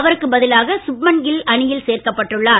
அவருக்கு பதிலாக சுப்மன்கில் அணியில் சேர்க்கப்பட்டுள்ளார்